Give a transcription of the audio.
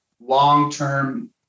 Long-term